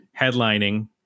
headlining